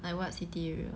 like what city area